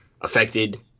affected